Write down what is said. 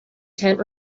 tent